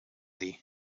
dir